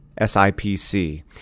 SIPC